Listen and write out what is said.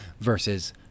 versus